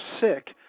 sick